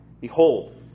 Behold